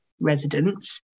residents